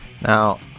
Now